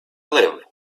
live